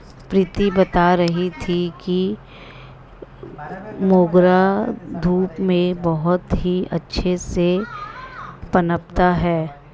प्रीति बता रही थी कि मोगरा धूप में बहुत ही अच्छे से पनपता है